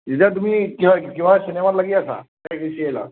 এতিয়া তুমি কিবা কিবা চিনেমাত লাগি আছা নে গুচি আহিলা